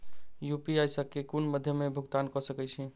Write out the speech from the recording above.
UPI सऽ केँ कुन मध्यमे मे भुगतान कऽ सकय छी?